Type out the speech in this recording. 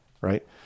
right